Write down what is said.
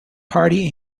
party